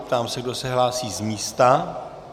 Ptám se, kdo se hlásí z místa.